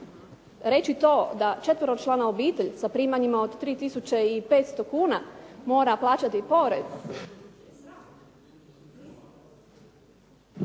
Reći to da četveročlana obitelj sa primanjima od 3 tisuće i 500 kuna mora plaćati porez